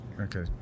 Okay